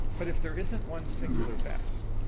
but if there isn't one singular best,